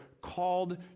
called